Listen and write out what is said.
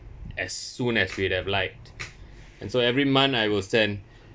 as soon as we'd have liked and so every month I will send